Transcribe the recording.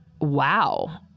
wow